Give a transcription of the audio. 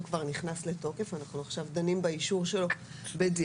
הוא כבר נכנס לתוקף ואנחנו עכשיו דנים באישור שלו בדיעבד.